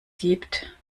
gibt